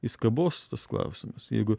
jis kabos tas klausimas jeigu